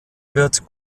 wird